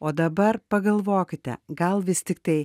o dabar pagalvokite gal vis tiktai